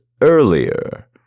earlier